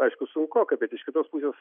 aišku sunkoka bet iš kitos pusės